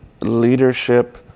leadership